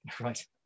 Right